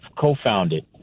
co-founded